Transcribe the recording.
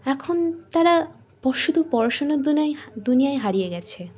এখন তারা শুধু পড়াশুনার দুনায় দুনিয়ায় হারিয়ে গিয়েছে